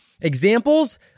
examples